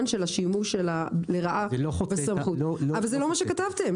של השימוש לרעה בסמכות אבל זה לא מה שכתבתם.